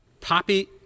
Poppy